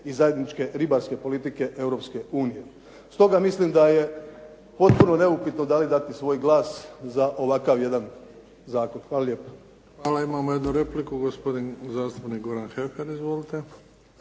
i zajedničke ribarske politike Europske unije. Stoga mislim da je potpuno neupitno da li dati svoj glas za ovakav jedan zakon. Hvala lijepa. **Bebić, Luka (HDZ)** Hvala. Imamo jednu repliku gospodin zastupnik Goran Heffer. Izvolite.